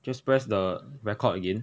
just press the record again